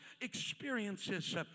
experiences